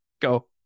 go